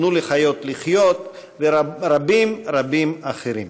"תנו לחיות לחיות" ורבים רבים אחרים.